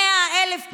מאה אלף פעמים,